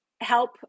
help